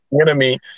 Enemy